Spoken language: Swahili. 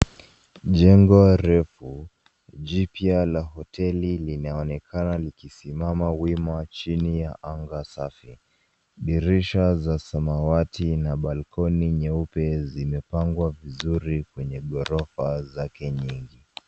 Jengo refu jipya la hoteli linaonekana likisimama wima chini ya anga safi. Dirisha za samawati na balkoni nyeupe zimepangwa vizuri kwenye ghorofa zake nyingi.